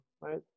right